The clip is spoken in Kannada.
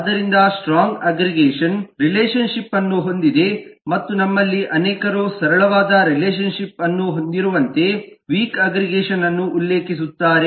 ಆದ್ದರಿಂದ ಸ್ಟ್ರಾಂಗ್ ಅಗ್ಗ್ರಿಗೇಷನ್ ರಿಲೇಶನ್ ಶಿಪ್ ಅನ್ನು ಹೊಂದಿದೆ ಮತ್ತು ನಮ್ಮಲ್ಲಿ ಅನೇಕರು ಸರಳವಾದ ರಿಲೇಶನ್ ಶಿಪ್ ಅನ್ನು ಹೊಂದಿರುವಂತೆ ವೀಕ್ ಅಗ್ಗ್ರಿಗೇಷನ್ ಅನ್ನು ಉಲ್ಲೇಖಿಸುತ್ತಾರೆ